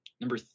Number